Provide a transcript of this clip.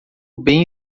bem